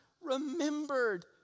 remembered